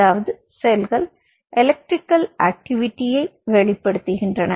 அதாவது செல்கள் எலக்ட்ரிகல் ஆக்டிவிடியை வெளிப்படுத்துகின்றன